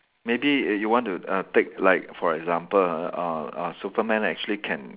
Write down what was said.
maybe err you want to err take like for example uh uh Superman actually can